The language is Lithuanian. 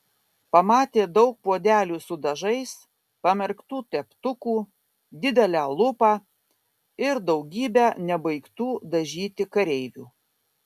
pamatė daug puodelių su dažais pamerktų teptukų didelę lupą ir daugybę nebaigtų dažyti kareivių